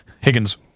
Higgins